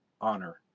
honor